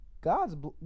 God's